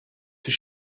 die